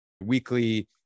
weekly